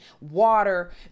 water